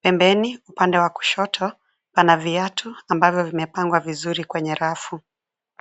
Pembeni, upande wa kushoto kuna viatu ambavyo vimepangwa vizuri kwenye rafu.